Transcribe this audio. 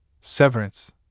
Severance